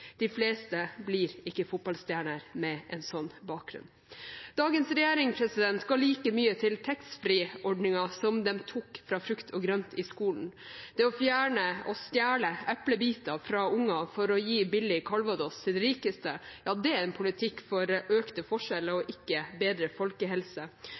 De fleste blir ikke fotballstjerner med en slik bakgrunn. Dagens regjering ga like mye til taxfree-ordningen som de tok fra frukt og grønt i skolen. Det å fjerne og stjele eplebiter fra unger for å gi billig calvados til de rikeste, er en politikk for økte forskjeller og ikke bedre folkehelse.